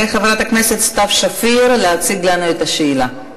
ואת חברת הכנסת סתיו שפיר להציג לנו את השאלה.